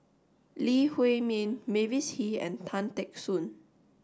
Lee Huei Min Mavis Hee and Tan Teck Soon